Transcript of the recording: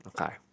okay